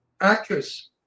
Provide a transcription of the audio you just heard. actress